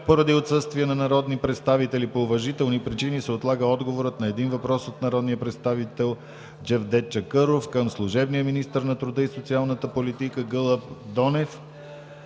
Поради отсъствие на народни представители по уважителни причини се отлага отговорът на: - един въпрос от народния представител Джевдет Чакъров – към служебния министър на труда и социалната политика Гълъб Донев.